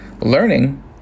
learning